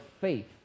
faith